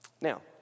Now